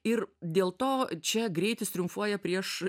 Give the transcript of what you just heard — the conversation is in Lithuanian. ir dėl to čia greitis triumfuoja prieš